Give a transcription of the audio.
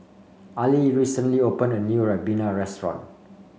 Ali recently opened a new Ribena restaurant